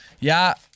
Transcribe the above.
Ja